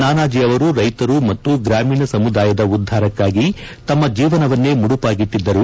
ನಾನಾಜಿ ಅವರು ರೈತರು ಮತ್ತು ಗ್ರಾಮೀಣ ಸಮುದಾಯದ ಉದ್ದಾರಕ್ಕಾಗಿ ತಮ್ಮ ಜೀವನವನ್ನೇ ಮುಡುಪಾಗಿಟ್ಟಿದ್ದರು